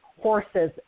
Horses